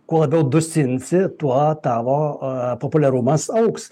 kuo labiau dusinsi tuo tavo populiarumas augs